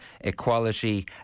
equality